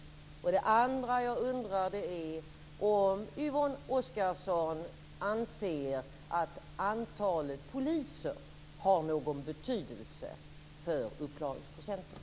Det andra jag undrar är om Yvonne Oscarsson anser att antalet poliser har någon betydelse för uppklaringsprocenten.